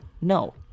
No